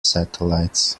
satellites